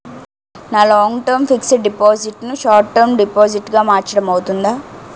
నా long term fixed deposit ను short term deposit గా మార్చటం అవ్తుందా?